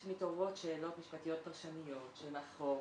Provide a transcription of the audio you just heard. כשמתעוררות שאלות משפטיות פרשניות, של החוק.